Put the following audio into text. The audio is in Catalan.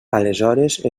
aleshores